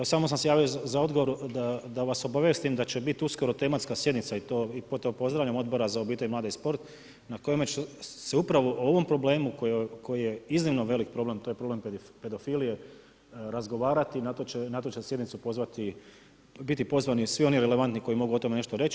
Samo sam se javio za odgovor da vas obavijestim da će biti uskoro tematska sjednica i to pozdravljam Odbora za obitelj, mlade i sport na kojoj će se upravo o ovom problemu koji je iznimno veliki problem, to je problem pedofilije, razgovarati, na tu će sjednicu biti pozvani svi oni relevantni koji mogu o tome nešto reći.